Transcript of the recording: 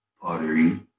pottery